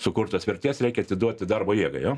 sukurtos vertės reikia atiduoti darbo jėgai jo